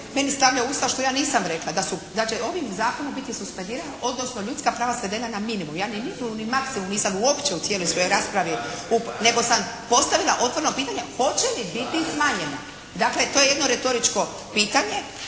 meni stavlja u usta što ja nisam rekla, da će ovim zakonom biti suspendirano odnosno ljudska prava svedena na minimum. Ja ni minimum ni maksimum nisam uopće u cijeloj svojoj raspravi, nego sam postavila otvoreno pitanje hoće li biti smanjena? Dakle, to je jedno retoričko pitanje.